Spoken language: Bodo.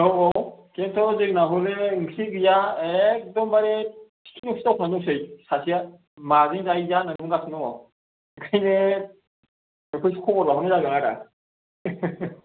औ औ खिनथु जोंना हले ओंख्रि गैया एकदम बारे थिखिनियावसो दावखोनानै दंसै सासेया माजों जायो जा होन्नानै बुंगासिनो दङ ओंखायनो नोंखौसो खबर लाहरनाय जादों आदा